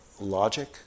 logic